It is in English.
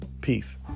Peace